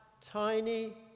tiny